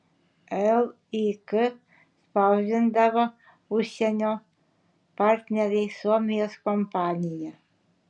lik spausdindavo užsienio partneriai suomijos kompanija